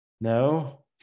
no